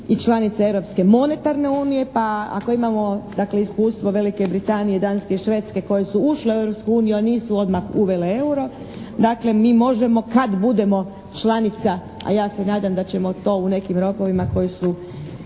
i članice Europske monetarne unije. Pa ako imamo, dakle, iskustvo Velike Britanije, Danske i Švedske koje su ušle u Europsku uniju a nisu odmah uvele euro, dakle, mi možemo kad budemo članica, a ja se nadam da ćemo to u nekim rokovima koji su